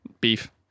Beef